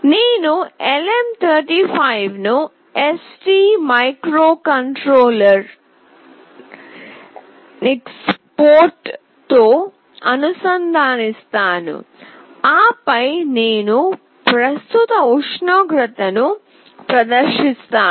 నేను LM35 ను ST micro electronics port తో అనుసంధానిస్తాను ఆపై నేను ప్రస్తుత ఉష్ణోగ్రత ను ప్రదర్శిస్తాను